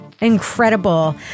Incredible